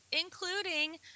including